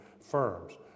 firms